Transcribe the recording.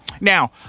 Now